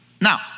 Now